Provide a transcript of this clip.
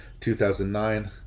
2009